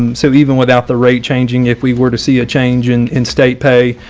so even without the rate changing if we were to see a change in in state pay,